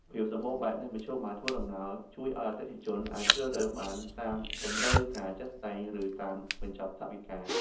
ភាពសម្បូរបែបនៃមធ្យោបាយធ្វើដំណើរជួយឱ្យអតិថិជនអាចជ្រើសរើសបានតាមតម្រូវការជាក់ស្ដែង ឬតាមកញ្ចប់ថវិកា។